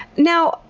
now,